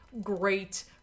great